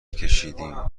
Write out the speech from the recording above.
کشیدیم